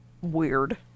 weird